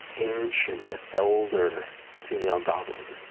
ancient elder female goblin,